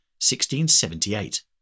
1678